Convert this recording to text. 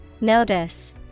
Notice